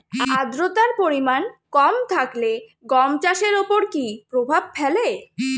আদ্রতার পরিমাণ কম থাকলে গম চাষের ওপর কী প্রভাব ফেলে?